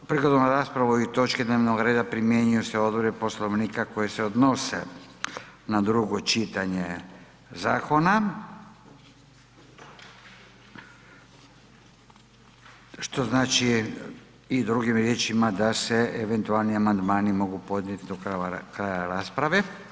Prigodom rasprave o ovoj točki dnevnog reda primjenjuju se odredbe Poslovnika koje se odnose na drugo čitanje zakona što znači i drugim riječima da se eventualni amandmani mogu podnijeti do kraja rasprave.